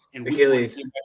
Achilles